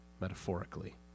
metaphorically